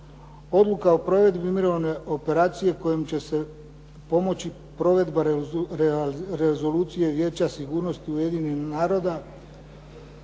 Odluka o provedbi mirovne operacije kojom će se pomoći provedba rezolucije i Vijeća sigurnosti Ujedinjenih naroda